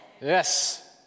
Yes